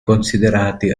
considerati